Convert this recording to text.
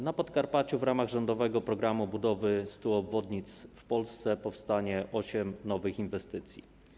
Na Podkarpaciu w ramach rządowego programu budowy 100 obwodnic w Polsce powstanie osiem nowych inwestycji.